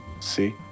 see